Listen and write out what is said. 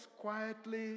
quietly